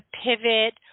pivot